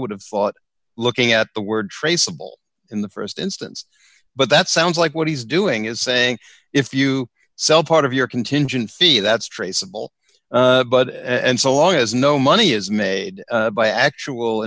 would have thought looking at the word traceable in the st instance but that sounds like what he's doing is saying if you sell part of your contingent fee that's traceable but and so long as no money is made by actual